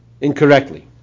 incorrectly